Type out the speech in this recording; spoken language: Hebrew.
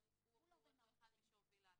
אבל הוא אחד שהוביל לעתירה.